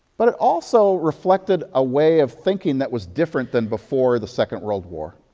but it also reflected a way of thinking that was different than before the second world war.